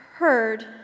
Heard